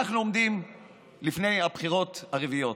אנחנו עומדים לפני הבחירות הרביעיות,